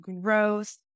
growth